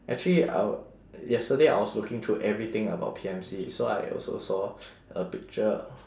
actually I yesterday I was looking through everything about P_M_C so I also saw a picture